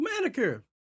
manicure